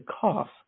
cough